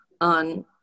on